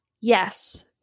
yes